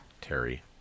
Terry